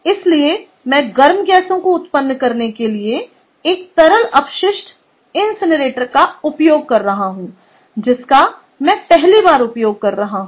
इसलिए मैं गर्म गैसों को उत्पन्न करने के लिए एक तरल अपशिष्ट इनसिनरेटर का उपयोग कर रहा हूं जिसका मैं पहली बार उपयोग कर रहा हूं